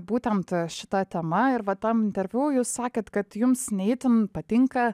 būtent šita tema ir va tam interviu jūs sakėt kad jums ne itin patinka